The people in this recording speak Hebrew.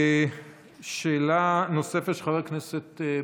שאלה נוספת, של חבר הכנסת בוסו,